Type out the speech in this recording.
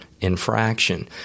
infraction